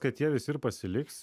kad jie visi ir pasiliks